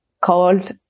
called